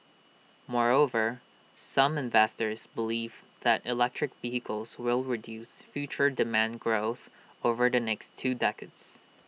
moreover some investors believe that electric vehicles will reduce future demand growth over the next two decades